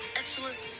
excellent